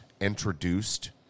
introduced